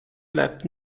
bleibt